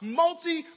multi